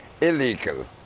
illegal